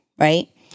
Right